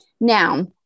Now